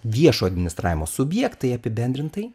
viešo administravimo subjektai apibendrintai